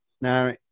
Now